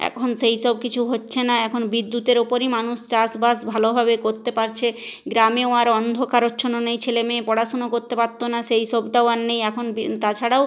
এখন সেই সব কিছু হচ্ছে না এখন বিদ্যুতের ওপরই মানুষ চাষবাস ভালোভাবে করতে পারছে গ্রামেও আর অন্ধকারাচ্ছন্ন নেই ছেলে মেয়ে পড়াশুনো করতে পারত না সেই সবটাও আর নেই এখন বিন তাছাড়াও